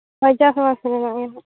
ᱦᱚᱸ ᱵᱟᱝ ᱥᱟᱱᱟᱧᱟ ᱤᱧ